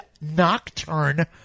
Nocturne